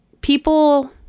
people